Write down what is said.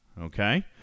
okay